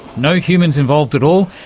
no humans involved at all,